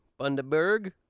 Bundaberg